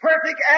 perfect